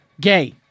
Gay